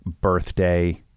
birthday